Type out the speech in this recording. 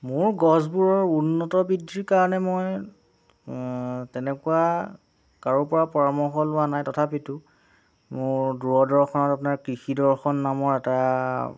মোৰ গছবোৰৰ উন্নত বৃদ্ধিৰ কাৰণে মই তেনেকুৱা কাৰোপৰা পৰামৰ্শ লোৱা নাই তথাপিতো মোৰ দূৰদৰ্শনত আপোনাৰ কৃষিদৰ্শন নামৰ এটা